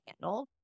handle